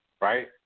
right